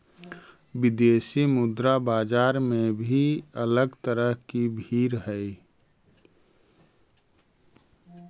विदेशी मुद्रा बाजार में भी अलग तरह की भीड़ हई